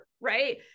right